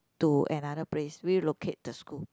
to another place relocate the school